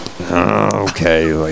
Okay